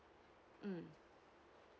mm